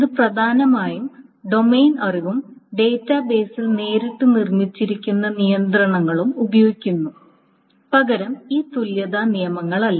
ഇത് പ്രധാനമായും ഡൊമെയ്ൻ അറിവും ഡാറ്റാബേസിൽ നേരിട്ട് നിർമ്മിച്ചിരിക്കുന്ന നിയന്ത്രണങ്ങളും ഉപയോഗിക്കുന്നു പകരം ഈ തുല്യത നിയമങ്ങളല്ല